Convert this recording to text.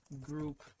group